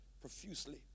profusely